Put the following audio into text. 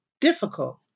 difficult